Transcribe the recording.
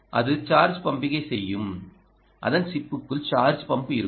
அது சார்ஜ் பம்பிங்கைச் செய்யும் அதன் சிப்புக்குள் சார்ஜ் பம்ப் இருக்கும்